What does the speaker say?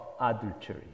adultery